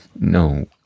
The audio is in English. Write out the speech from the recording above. no